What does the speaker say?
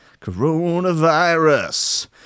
Coronavirus